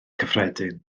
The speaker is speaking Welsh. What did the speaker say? cyffredin